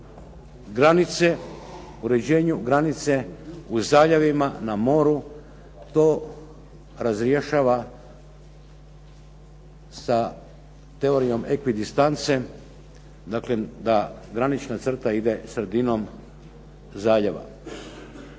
granice u zaljevima, na moru to razrješava sa teorijom ekvidistance, dakle da granična crta ide sredinom zaljeva.